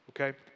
okay